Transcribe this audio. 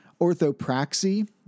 orthopraxy